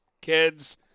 kids